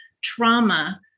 trauma